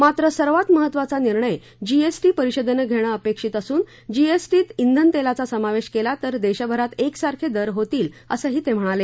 मात्र सर्वात महत्वाचा निर्णय जी एस टी परिषदेनं घेणं अपेक्षित असून जीएसटीत श्रेनतेलाचा समावेश केला तर देशभरात एकसारखे दर होतील असंही ते म्हणाले